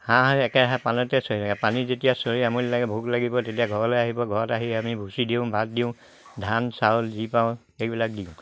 হাঁহ একেৰাহে পানতে চৰে পানীত যেতিয়া চৰি আমনি লাগে ভোক লাগিব তেতিয়া ঘৰলে আহিব ঘৰত আহি আমি ভুচি দিওঁ ভাত দিওঁ ধান চাউল যি পাওঁ সেইবিলাক দিওঁ